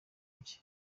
bye